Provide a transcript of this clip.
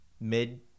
mid